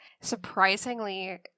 surprisingly